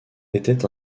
était